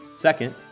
Second